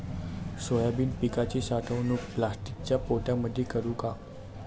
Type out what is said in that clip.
Soybean पिकाची साठवणूक प्लास्टिकच्या पोत्यामंदी करू का?